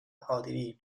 奥地利